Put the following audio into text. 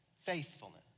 Faithfulness